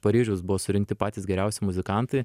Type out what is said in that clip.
paryžiaus buvo surinkti patys geriausi muzikantai